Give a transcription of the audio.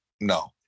no